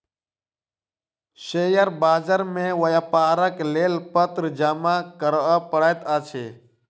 share बाजार मे व्यापारक लेल पत्र जमा करअ पड़ैत अछि